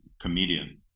comedian